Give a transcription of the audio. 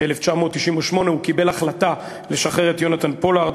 ב-1998 הוא קיבל החלטה לשחרר את יונתן פולארד,